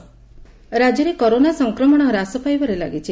corona Odisha ରାଜ୍ୟରେ corona ସଂକ୍ରମଣ ହ୍ରାସ ପାଇବାରେ ଲାଗିଛି